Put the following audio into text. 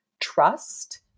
trust